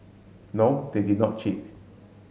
no they did not cheat